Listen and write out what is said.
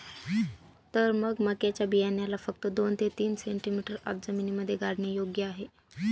तर मग मक्याच्या बियाण्याला फक्त दोन ते तीन सेंटीमीटर आत जमिनीमध्ये गाडने योग्य आहे